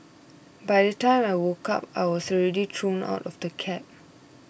by the time I woke up I was already thrown out of the cab